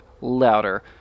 louder